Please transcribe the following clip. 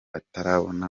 atarabona